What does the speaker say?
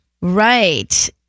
Right